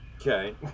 Okay